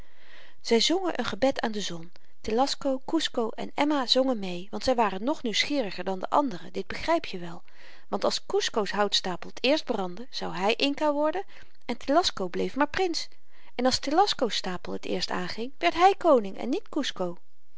zy zongen een gebed aan de zon telasco kusco en emma zongen meê want zy waren nog nieuwsgieriger dan de anderen dit begryp je wel want als kusco's houtstapel t eerst brandde zou hy inca worden en telasco bleef maar prins en als telasco's stapel t eerst aanging werd hy koning en niet kusco